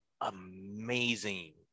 amazing